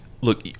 look